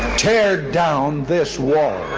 tear down this wall.